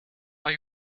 are